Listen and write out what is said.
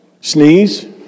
Sneeze